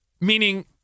meaning